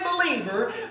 believer